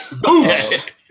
Boost